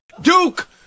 Duke